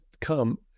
come